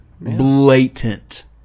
Blatant